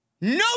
No